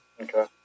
Okay